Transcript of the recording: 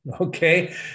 Okay